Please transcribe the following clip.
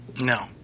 No